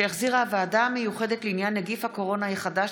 שהחזירה הוועדה המיוחדת לעניין נגיף הקורונה החדש